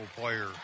player